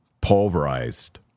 pulverized